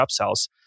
upsells